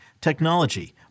technology